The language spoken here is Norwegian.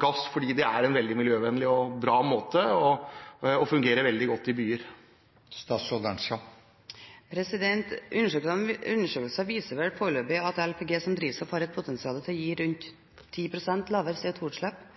gass, fordi det er et veldig miljøvennlig og bra drivstoff, og det fungerer veldig godt i byer. Undersøkelser viser foreløpig at LPG som drivstoff har et potensial for å gi rundt 10 pst. lavere